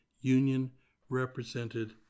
union-represented